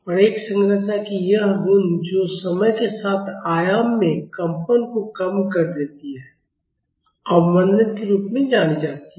और एक संरचना की यह गुण जो समय के साथ आयाम में कंपन को कम कर देती है अवमंदन के रूप में जानी जाती है